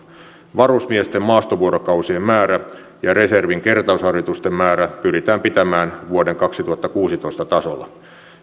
varusmiesten maastovuorokausien määrä ja reservin kertausharjoitusten määrä pyritään pitämään vuoden kaksituhattakuusitoista tasolla